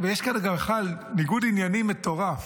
יש כאן גם ניגוד עניינים מטורף.